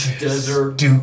desert